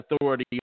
authority